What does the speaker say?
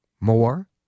more